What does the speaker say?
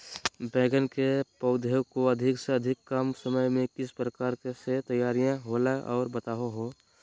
बैगन के पौधा को अधिक से अधिक कम समय में किस प्रकार से तैयारियां होला औ बताबो है?